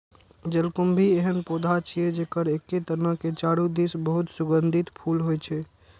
जलकुंभी एहन पौधा छियै, जेकर एके तना के चारू दिस बहुत सुगंधित फूल होइ छै